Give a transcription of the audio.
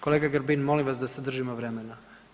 Kolega Grbin molim vas da se držimo vremena.